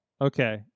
Okay